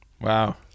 Wow